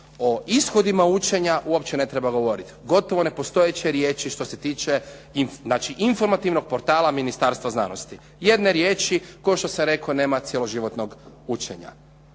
O ishodima učenja uopće ne treba govoriti. Gotovo nepostojeće riječi što se tiče informativnog portala Ministarstva znanosti, jedne riječi, kao što sam rekao nema cjeloživotnog učenja.